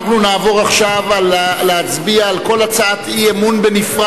אנחנו נעבור עכשיו להצביע על כל הצעת אי-אמון לחוד.